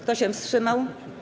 Kto się wstrzymał?